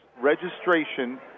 registration